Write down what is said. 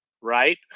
Right